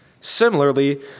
Similarly